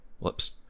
whoops